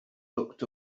looked